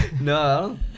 No